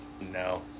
No